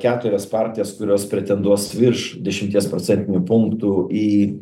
keturias partijas kurios pretenduos virš dešimties procentinių punktų į